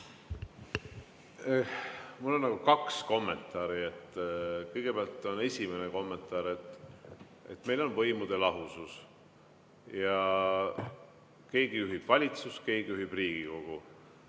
Mul on nagu kaks kommentaari. Kõigepealt on esimene kommentaar. Meil on võimude lahusus ja keegi juhib valitsust, keegi juhib Riigikogu.